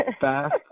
fast